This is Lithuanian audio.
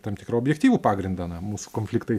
tam tikrą objektyvų pagrindą na mūsų konfliktai